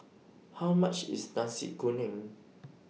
How much IS Nasi Kuning